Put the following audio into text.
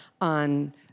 on